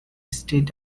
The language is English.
state